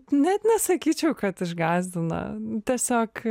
net nesakyčiau kad išgąsdino tiesiog